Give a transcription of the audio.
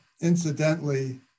incidentally